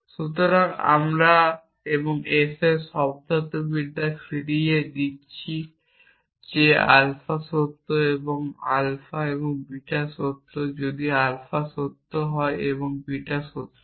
সুতরাং আমরা এবং s এর শব্দার্থবিদ্যা ফিরিয়ে দিচ্ছি যে আলফা সত্য আলফা এবং বিটা সত্য যদি আলফা সত্য এবং বিটা সত্য হয়